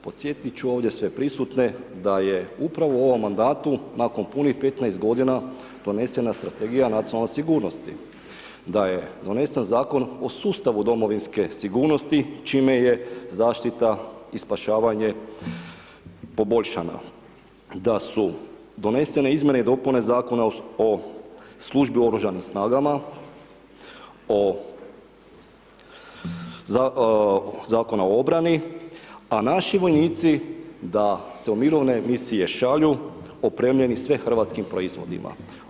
Podsjetit ću ovdje sve prisutne da je upravo u ovom mandatu nakon punih 15 godina donesena strategija nacionalne sigurnosti, da je donesen Zakon o sustavu domovinske sigurnosti, čime je zaštita i spašavanje poboljšana, da su donesene izmjene i dopune Zakona o službi oružanim snagama, o Zakona o obrani, a naši vojnici da se u Mirovne misije šalju opremljeni sve hrvatskim proizvodima.